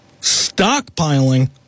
stockpiling